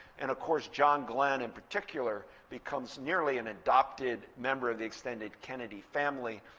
and of course, john glenn in particular becomes nearly an adopted member of the extended kennedy family.